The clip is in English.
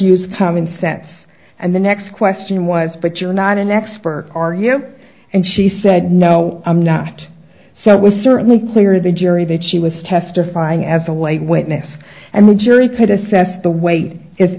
use common sense and the next question was but you're not an expert are you and she said no i'm not so it was certainly clear to the jury that she was testifying as a white witness and the jury put assess the weight is